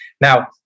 Now